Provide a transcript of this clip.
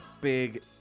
big